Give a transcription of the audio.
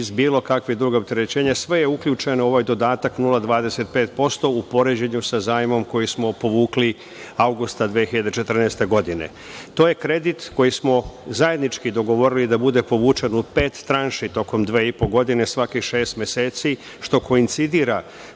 fiz, bilo kakva druga opterećenja, sve je uključeno u ovaj dodatak 0,25%, u poređenju sa zajmom koji smo povukli avgusta 2014. godine. To je kredit koji smo zajednički dogovorili da bude povučen u pet tranši, tokom dve i po godine svakih šest meseci, što koincidira